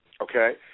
Okay